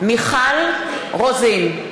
מיכל רוזין,